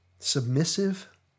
Submissive